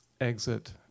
exit